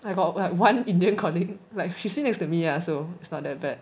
I got like one indian colleague like she sit next to me lah so it's not that bad